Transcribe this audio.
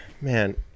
man